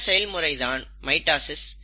இந்த செயல்முறை தான் மைட்டாசிஸ்